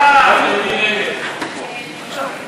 ניתוק שירותי חשמל ומים לזכאים (תיקוני חקיקה),